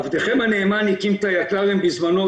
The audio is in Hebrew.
עבדכם הנאמן הקים את היקל"רים בזמנו,